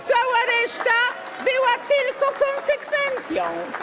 Cała reszta była tylko konsekwencją.